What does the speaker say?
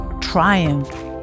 Triumph